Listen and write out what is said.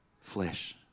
flesh